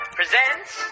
presents